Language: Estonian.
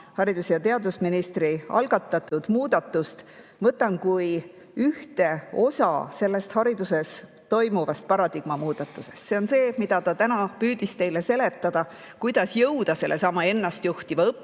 haridus‑ ja teadusministri algatatud muudatust võtan kui ühte osa hariduses toimuvast paradigma muutusest. See on see, mida ta täna püüdis teile seletada, kuidas jõuda sellesama ennastjuhtiva õppijani,